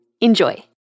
Enjoy